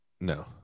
No